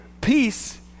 peace